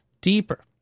deeper